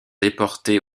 déportés